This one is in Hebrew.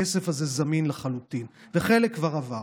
הכסף הזה זמין לחלוטין, וחלק כבר עבר.